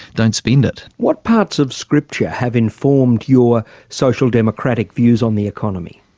don't spend it. what parts of scripture have informed your social democratic views on the economy?